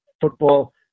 football